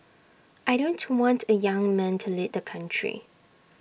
I don't want A young man to lead country